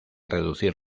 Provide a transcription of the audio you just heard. reducir